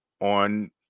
on